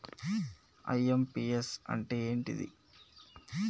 IMPS అంటే ఏంటిది?